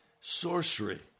sorcery